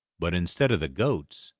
but instead of the goats,